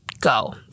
go